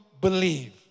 believe